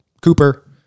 Cooper